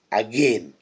again